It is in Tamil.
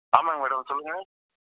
ஆமாங்க மேடம் சொல்லுங்கள்